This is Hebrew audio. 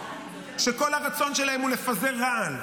שכל הרצון שלהם הוא לפזר רעל,